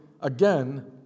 again